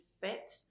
fit